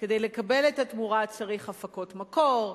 כדי לקבל את התמורה צריך הפקות מקור,